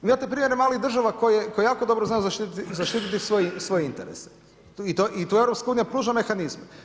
Imate primjer malih država koje jako dobro znaju zaštititi svoje interese i tu EU pruža mehanizme.